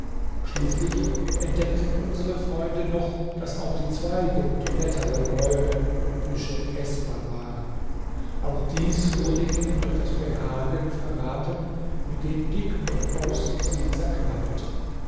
schließlich entdeckten unsre freunde noch daß auch die zweige und blätter der bäume und büsche eßbar waren auch dies wurde ihnen durch das behagen verraten mit dem dick und bobs sie